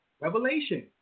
revelation